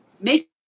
make